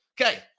Okay